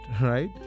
Right